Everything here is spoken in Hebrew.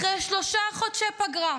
אחרי שלושה חודשי פגרה,